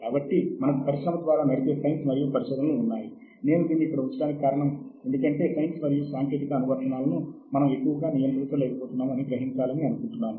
కాబట్టి ఒక పరిశోధనా గ్రంధము రాసే సందర్భంలో పరిశోధన విశ్లేషణ మరియు సాహిత్య శోధన అత్యంత ముఖ్యం